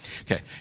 Okay